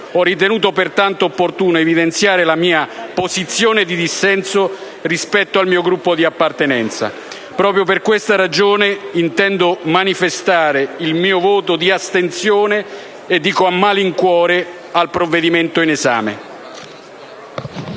Ho ritenuto pertanto opportuno evidenziare la mia posizione di dissenso rispetto al mio Gruppo. Proprio per questa ragione dichiaro il mio voto di astensione (e lo dico a malincuore) al provvedimento in esame.